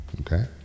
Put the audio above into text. okay